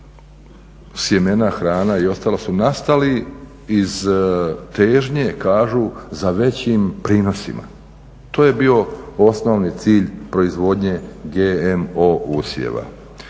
sjemena, hrana i ostalo su nastali iz težnje kažu za većim prinosima. To je bio osnovni cilj proizvodnje GMO usjeva.